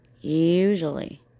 usually